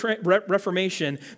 reformation